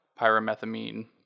pyrimethamine